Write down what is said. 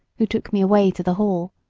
who took me away to the hall.